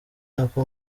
nako